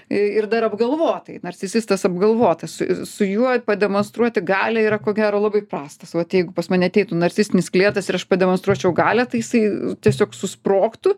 ir dar apgalvotai narcisistas apgalvotas su juo pademonstruoti galią yra ko gero labai prastas vat jeigu pas mane ateitų narcisistinis klientas ir aš pademonstruočiau galią tai jisai tiesiog susprogtų